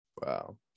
Wow